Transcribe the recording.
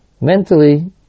Mentally